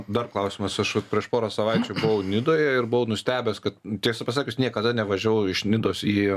dar klausimas aš vat prieš porą savaičių buvau nidoje ir buvau nustebęs kad tiesą pasakius niekada nevažiavau iš nidos į